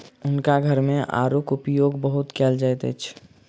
हुनका घर मे आड़ूक उपयोग बहुत कयल जाइत अछि